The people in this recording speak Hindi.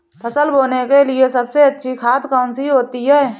फसल बोने के लिए सबसे अच्छी खाद कौन सी होती है?